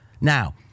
Now